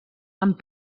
amb